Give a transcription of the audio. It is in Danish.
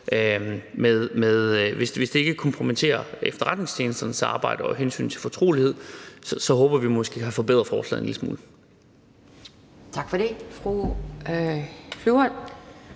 og ikke kompromitterer efterretningstjenesternes arbejde og hensynet til fortrolighed, håber vi måske at have forbedret forslaget en lille smule. Kl. 17:01 Anden